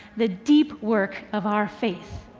the deep work of our faith.